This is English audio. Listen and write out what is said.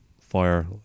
fire